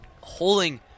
holding